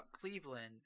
Cleveland